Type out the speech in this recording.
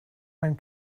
when